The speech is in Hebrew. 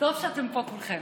שאתם פה כולכם.